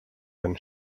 then